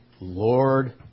Lord